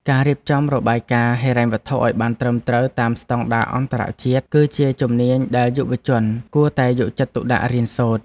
ការរៀបចំរបាយការណ៍ហិរញ្ញវត្ថុឱ្យបានត្រឹមត្រូវតាមស្តង់ដារអន្តរជាតិ គឺជាជំនាញដែលយុវជនគួរតែយកចិត្តទុកដាក់រៀនសូត្រ។